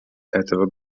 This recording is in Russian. этого